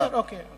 בסדר, אוקיי.